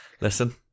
listen